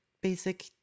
basic